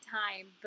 time